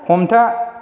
हमथा